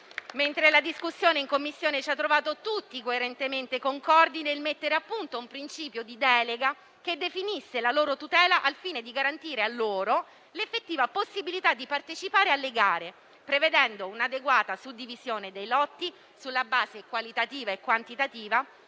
La discussione in Commissione ci ha trovato tutti coerentemente concordi nel mettere a punto un principio di delega che ne definisse la tutela, al fine di garantire loro l'effettiva possibilità di partecipare alle gare, prevedendo un'adeguata suddivisione dei lotti sulla base qualitativa e quantitativa